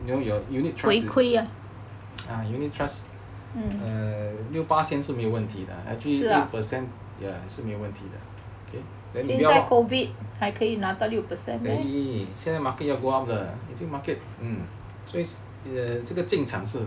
you know your unit trust is ah unit trust 六八仙是没有问题的可以现在 market 要 go up 的所以这个进场是